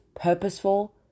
purposeful